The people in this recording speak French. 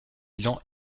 bilan